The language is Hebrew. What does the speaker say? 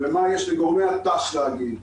ומה יש לגורמי הת"ש להגיד,